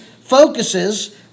focuses